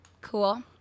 Cool